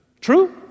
True